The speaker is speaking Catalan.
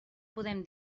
podem